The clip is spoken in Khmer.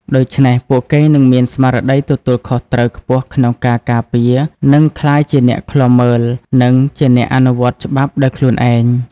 ដូច្នេះ ពួកគេនឹងមានស្មារតីទទួលខុសត្រូវខ្ពស់ក្នុងការការពារ និងក្លាយជាអ្នកឃ្លាំមើល និងជាអ្នកអនុវត្តច្បាប់ដោយខ្លួនឯង។